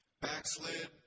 backslid